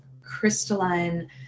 crystalline